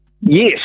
Yes